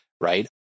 right